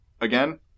Again